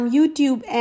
YouTube